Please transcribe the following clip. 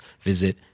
visit